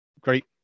great